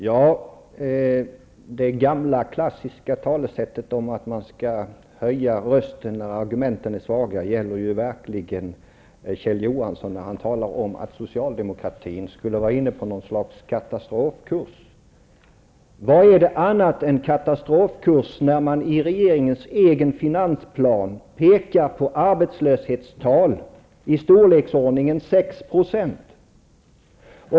Fru talman! Det klassiska talesättet, att man skall höja rösten när argumenten är svaga, gäller verkligen Kjell Johansson, när han talar om att socialdemokratin skulle vara inne på en katastrofkurs. Vad är det annat än katastrofkurs när man i regeringens egen finansplan pekar på arbetslöshetstal i storleksordningen 6 %?